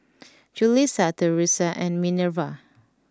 Julisa Thresa and Minerva